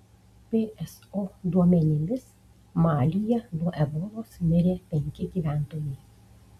pso duomenimis malyje nuo ebolos mirė penki gyventojai